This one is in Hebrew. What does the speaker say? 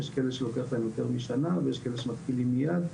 יש כאלה שלוקח להם יותר משנה ויש כאלה שמתחילים מיד.